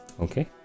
okay